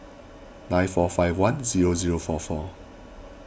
nine four five one zero zero four four